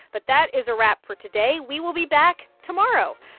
but that is a wrap for today. we will be back tomorrow.